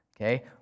okay